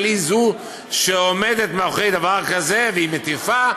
היא זו שעומדת מאחורי דבר כזה והיא מטיפה,